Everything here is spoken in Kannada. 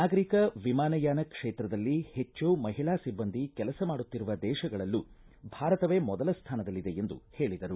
ನಾಗರಿಕ ವಿಮಾನಯಾನ ಕ್ಷೇತ್ರದಲ್ಲಿ ಹೆಚ್ಚು ಮಹಿಳಾ ಸಿಬ್ಬಂದಿ ಕೆಲಸ ಮಾಡುತ್ತಿರುವ ದೇಶಗಳಲ್ಲೂ ಭಾರತವೇ ಮೊದಲ ಸ್ಥಾನದಲ್ಲಿದೆ ಎಂದು ಹೇಳದರು